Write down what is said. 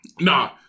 Nah